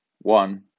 one